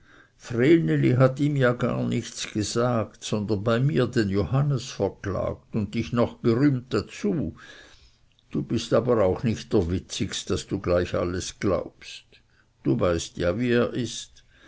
hat ihm ja gar nichts gesagt sondern bei mir den johannes verklagt und dich noch gerühmt dazu du bist aber auch nicht der witzigist daß du gleich alles glaubst du weißt ja wie er ist